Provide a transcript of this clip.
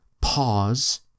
pause